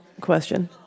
question